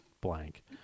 blank